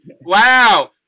Wow